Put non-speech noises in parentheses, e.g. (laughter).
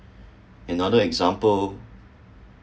(breath) another example